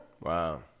Wow